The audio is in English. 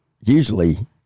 usually